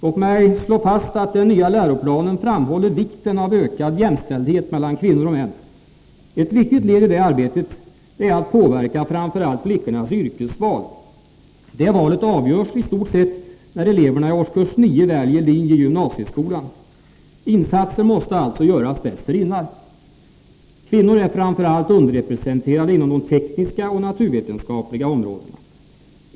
Låt mig slå fast att den nya läroplanen framhåller vikten av ökad jämställdhet mellan kvinnor och män. Ett viktigt led i det arbetet är att påverka framför allt flickornas yrkesval. Det valet avgörs i stort sett när eleverna i årskurs 9 väljer linjer i gymnasiet. Insatser måste alltså göras dessförinnan. Kvinnor är framför allt underrepresenterade inom de tekniska och naturvetenskapliga områdena.